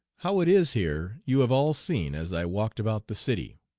how it is here you have all seen as i walked about the city.